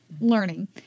learning